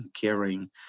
caring